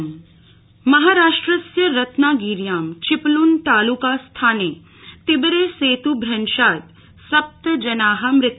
महाराष्ट्र महाराष्ट्रस्य रत्नागिर्या चिपल्न ताल्का स्थाने तिबरे सेत् भ्रंशाद् सप्त जना मृता